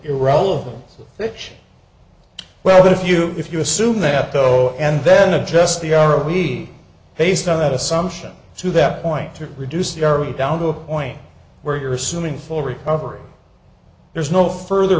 irrelevant which well that if you if you assume that though and then adjust the hour a week based on that assumption to that point to reduce the hourly down to a point where you're assuming full recovery there's no further